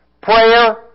prayer